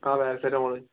ആ പാരസെറ്റാമോൾ